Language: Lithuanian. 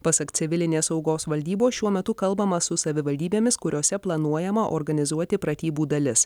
pasak civilinės saugos valdybos šiuo metu kalbama su savivaldybėmis kuriose planuojama organizuoti pratybų dalis